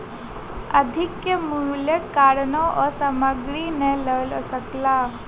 अधिक मूल्यक कारणेँ ओ सामग्री नै लअ सकला